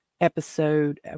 episode